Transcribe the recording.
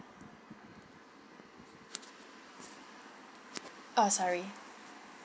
orh sorry